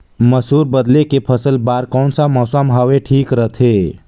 मसुर बदले के फसल बार कोन सा मौसम हवे ठीक रथे?